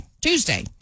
Tuesday